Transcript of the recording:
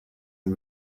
and